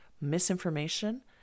misinformation